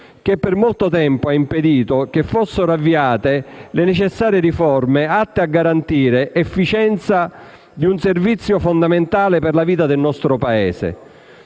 che, per molto tempo, ha impedito che fossero avviate le necessarie riforme atte a garantire efficienza di un servizio fondamentale per la vita del nostro Paese: